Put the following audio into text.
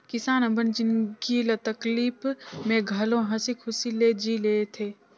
किसान अपन जिनगी ल तकलीप में घलो हंसी खुशी ले जि ले थें